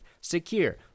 secure